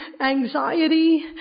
anxiety